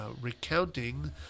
recounting